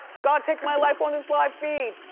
god take my life on this live feed!